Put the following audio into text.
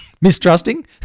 mistrusting